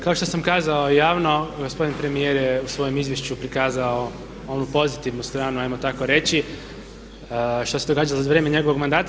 Kao što sam kazao javno, gospodin premijer je u svojem izvješću prikazao onu pozitivnu stranu hajmo tako reći što se događalo za vrijeme njegovog mandata.